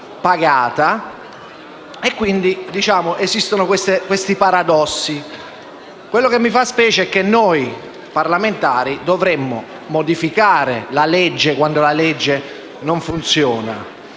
quindi, siffatti paradossi. Quello che mi fa specie è che noi parlamentari dovremmo modificare la legge quando non funziona